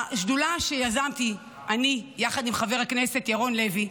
בשדולה שיזמתי אני יחד עם חבר הכנסת ירון לוי,